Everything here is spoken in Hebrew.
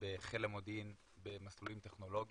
בחיל המודיעין במסלולים טכנולוגיים,